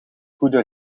goede